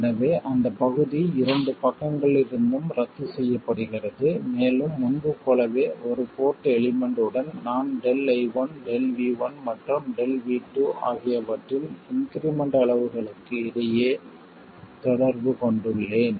எனவே அந்த பகுதி இரண்டு பக்கங்களிலிருந்தும் ரத்து செய்யப்படுகிறது மேலும் முன்பு போலவே ஒரு போர்ட் எலிமெண்ட் உடன் நான் ΔI1 ΔV1 மற்றும் ΔV2 ஆகியவற்றின் இன்க்ரிமெண்ட் அளவுகளுக்கு இடையே தொடர்பு கொண்டுள்ளேன்